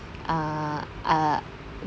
ah ah